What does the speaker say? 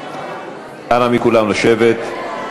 אנא מכולם, לשבת.